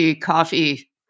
coffee